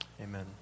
Amen